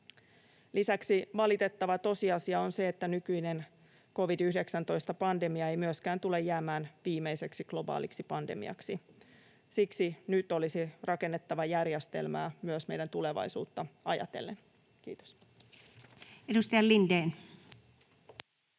Lisäksi valitettava tosiasia on se, että nykyinen covid-19-pandemia ei myöskään tule jäämään viimeiseksi globaaliksi pandemiaksi. Siksi nyt olisi rakennettava järjestelmää myös meidän tulevaisuutta ajatellen. — Kiitos. Edustaja Lindén.